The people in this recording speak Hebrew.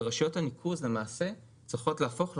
ורשויות הניקוז צריכות להפוך למעשה